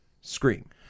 Scream